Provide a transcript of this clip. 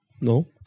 No